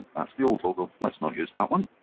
that's the old logo, let's not use that one.